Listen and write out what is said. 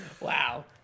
Wow